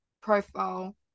profile